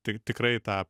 ti tikrai tą